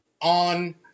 on